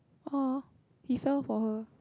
uh he fell for her